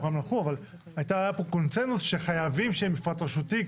היה פה קונצנזוס שחייבים שיהיה מפרט רשותי,